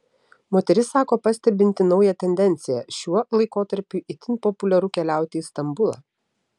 moteris sako pastebinti naują tendenciją šiuo laikotarpiui itin populiaru keliauti į stambulą